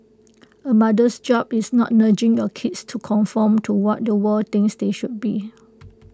A mother's job is not nudging your kids to conform to what the world thinks they should be